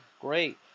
great